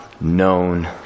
known